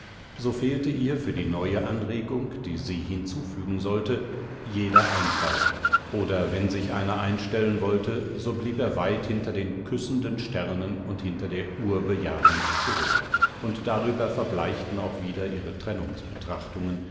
so fehlte ihr für die neue anregung die sie hinzufügen sollte jeder einfall oder wenn sich einer einstellen wollte so blieb er weit hinter den küssenden sternen und hinter der urbejahung zurück und darüber verbleichten auch wieder ihre